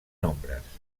nombres